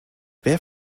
wer